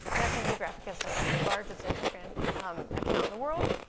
national geographic has the largest instagram account in the world,